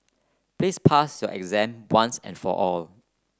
please pass your exam once and for all